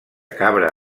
cabra